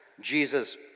Jesus